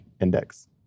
index